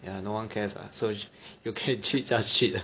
ya no one cares lah so you can cheat just cheat 了